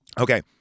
Okay